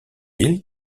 ils